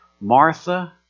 Martha